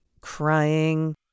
crying